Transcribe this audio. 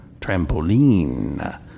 trampoline